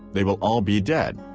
they will all be dead.